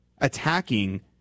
attacking